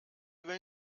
will